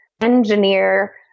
engineer